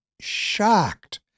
shocked